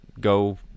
go